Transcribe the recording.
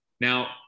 Now